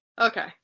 Okay